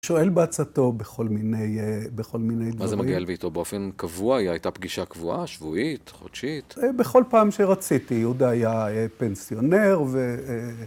שואל בעצתו בכל מיני דברים. מה זה מגיע אל ביתו? באופן קבוע? הייתה פגישה קבועה, שבועית, חודשית? בכל פעם שרציתי. יהודה היה פנסיונר.